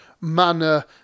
manner